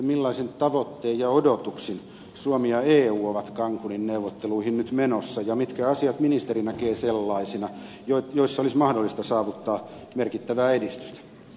millaisin tavoittein ja odotuksin suomi ja eu ovat cancunin neuvotteluihin nyt menossa ja mitkä asiat ministeri näkee sellaisina joissa olisi mahdollista saavuttaa merkittävää edistystä